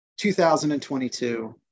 2022